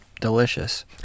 delicious